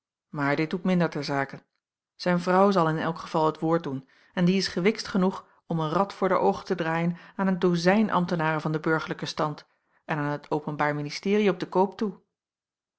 maar dit doet minder ter zake zijn vrouw zal in elk geval het woord doen en die is gewiktst genoeg om een rad voor de oogen te draaien aan een dozijn ambtenaren van den burgerlijken stand en aan het openbaar ministerie op de koop toe